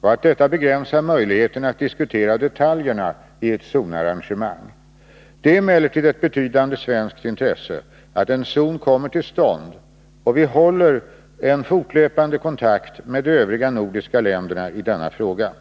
och att detta begränsar möjligheterna att diskutera detaljerna i ett zonarrangemang. Det är emellertid ett betydande svenskt intresse att en zon kommer till stånd, och vi håller fortlöpande kontakt med de övriga nordiska länderna i denna fråga.